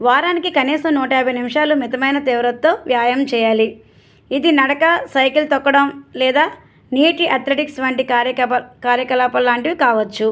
వారానికి కనీసం నూట యాభై నిమషాలు మితమైన తీవ్రతతో వ్యాయామం చేయాలి ఇది నడక సైకిల్ తొక్కడం లేదా నీటి అథ్లటిక్స్ వంటి కార్యకపా కార్యకలాపాల లాంటివి కావచ్చు